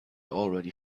already